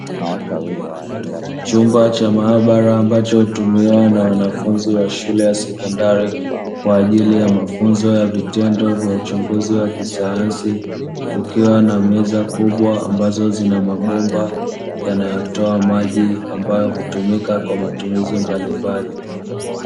Chumba cha maabara ambacho hutumiwa na wanafunzi wa sekondari kwa ajili ya mafunzo ya vitendo vya uchunguzi wa kisayansi kukiwa na meza kubwa ambazo zina mabomba yanayotoa maji ambayo hutumika kwa matumizi mbalimbali.